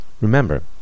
remember